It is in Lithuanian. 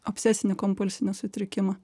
obsesinį kompulsinį sutrikimą